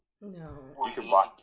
no